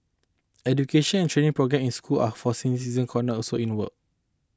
education and training programmes in schools or for senior citizen corners are also in the works